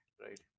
right